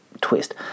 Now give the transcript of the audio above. twist